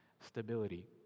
stability